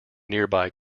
nearby